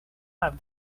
have